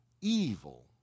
evil